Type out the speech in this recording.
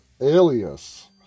alias